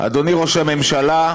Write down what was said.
אדוני ראש הממשלה,